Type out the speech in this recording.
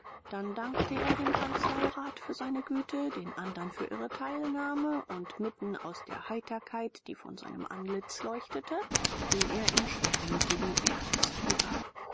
dann dankte er dem kanzleirat für seine güte den andern für ihre teilnahme und mitten aus der heiterkeit die von seinem antlitz leuchtete ging er in schwermütigen ernst über